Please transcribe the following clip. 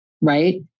Right